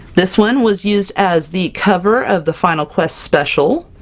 this one was used as the cover of the final quest special.